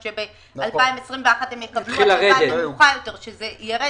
שב-2021 הם יקבלו --- נמוכה יותר, שזה ירד.